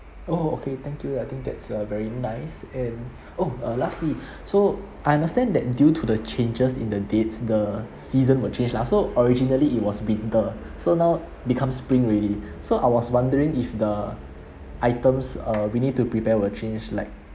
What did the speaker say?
oh okay thank you I think that's uh very nice and oh uh lastly so I understand that due to the changes in the dates the season will change lah so originally it was winter so now become spring already so I was wondering if the items uh we need to prepare will change like